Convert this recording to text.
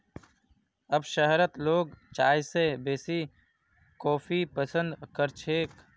अब शहरत लोग चाय स बेसी कॉफी पसंद कर छेक